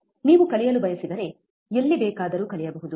ನೀವು ಕಲಿಯಲು ಬಯಸಿದರೆ ಎಲ್ಲಿ ಬೇಕಾದರೂ ಕಲಿಯಬಹುದು